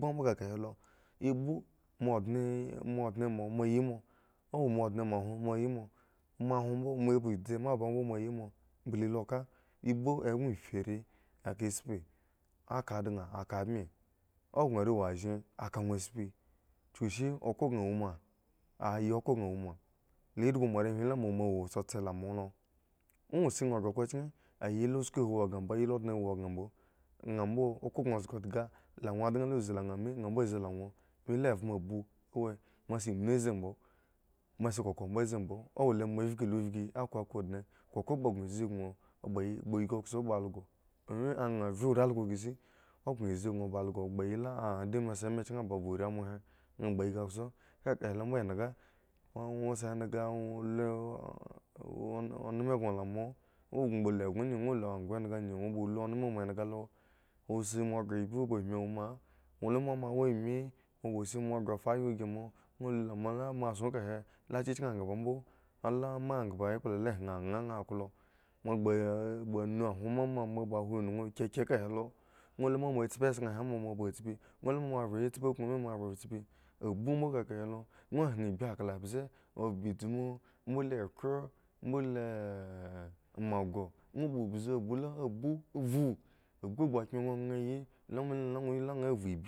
Kpo mbo ekaka hebo ibu moa ondne e moa ondne moa moa yi mo owo moa ondne mahwon moa yimo ma hwon mbo mo ba idzi ba mbo moa moa yimo o ngli l ka ibu e gŋo iphi ae eka tspi aka daŋ aka bm wo gŋo ae wo azhen aka ŋwo tspi chukusi okhro kaŋ wo ma ayi okhro kaŋ woma le edhgou moarehwin ba moa wo tsotse la moa lo. ŋwo shi nha ghre okhro chiiki a yi la usku hi wo kaŋ mbo yila ondne he wo kaŋ mbo nha mbo okho gŋo zga odhga la ŋwo adaŋla zi la nha mi, nha mbo zi la ŋwo me lu enfmo ibu o wu hi moa si inu zi mbo moa si koko mbo zi mbo owo le moa vki lo vki a koko dne koko kpho gŋo mbzi gŋo opkpo okpoh ygi kso ba also mrye arii algo ghre isi o gŋo mbzi gŋo ba also khpa yi la a dime si ema chki si ba bo ri mo he nha ba ygi kso ekaka helo mbo endhga ŋwo si endhga ŋwo lu oz oh eneme gŋo la moa ŋwo gŋo kpha lu eggon ŋwo lu endhga gi ŋwo bo in eneme moa endhga lo moa si moa ghre ibu ba ami woma ŋwo lu la moa khabo ekpla chki win nha klo moa kpho mbo la moa khabo ekpla chki win nha nha klo moa khpo mun hwon mama moa khpa hwo nuŋ kyekye kahe lo ŋwo luma moa tspi moa kpha tspi ŋwo luma moa vhen tspi akuŋ moa vhen tspi bu mbo kakahe lo ŋwo ibye akla mbzee abatmu mbole ekhro mbole makho ŋwo ba azu abu, abu ovhu abu kph khren nyonyen yi la mile la ŋwo la nha vhu ibi.